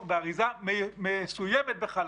תקשיב, היה מחסור באריזה מסוימת בחלב.